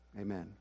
Amen